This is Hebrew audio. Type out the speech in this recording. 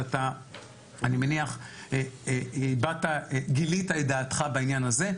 ואתה אני מניח גילית את דעתך בעניין הזה,